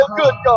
good